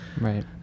Right